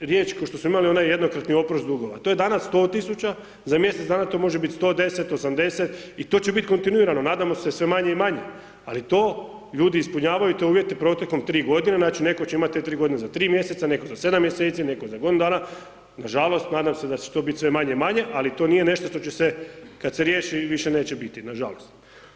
riječ kao što smo imali onaj jednokratni oprost dugova to je danas 100.000 za mjesec dana to može biti 110, 80 i to će biti kontinuirano nadamo se sve manje i manje, ali to ljudi ispunjavaju te uvjete protekom tri godine znači neko će imati te tri godine za 3 mjeseca, neko za 7 mjeseci, neko za godinu dana, nažalost nadam se da će to bit sve manje i manje ali to nije nešto što će se kad se riješi više neće biti nažalost.